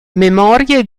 memorie